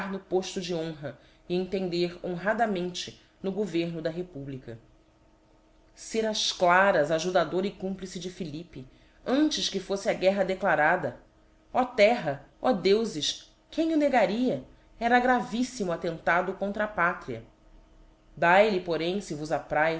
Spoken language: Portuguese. no pofto de honra e entender honradamente no governo da republica ser ás claras ajudador e complice de philippe antes que fofle a guerra declarada ó terra ò deufes quem o negaria era graviffimo attentado contra a pátria dae lhe porém fe vos apraz